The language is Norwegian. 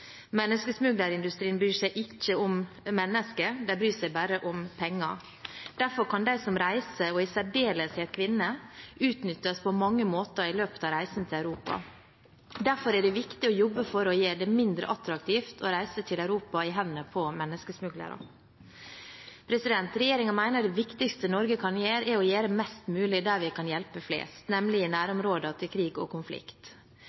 Menneskesmuglerindustrien bryr seg ikke om mennesker, de bryr seg bare om penger. Derfor kan de som reiser, og i særdeleshet kvinner, utnyttes på mange måter i løpet av reisen til Europa. Derfor er det også viktig å jobbe for å gjøre det mindre attraktivt å reise til Europa, i hendene på menneskesmuglere. Regjeringen mener det viktigste Norge kan gjøre, er å gjøre mest mulig der vi kan hjelpe flest, nemlig i nærområdene til krig og konflikt.